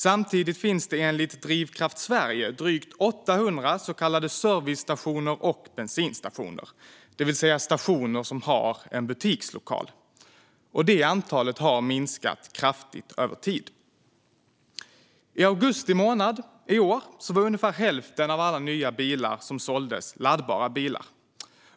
Samtidigt finns det enligt Drivkraft Sverige drygt 800 så kallade servicestationer och bensinstationer, det vill säga stationer som har en butikslokal. Det antalet har minskat kraftigt över tid. I augusti månad i år var ungefär hälften av alla nya bilar som såldes laddbara bilar.